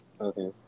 Okay